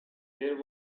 air